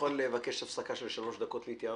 (הישיבה נפסקה בשעה 15:10 ונתחדשה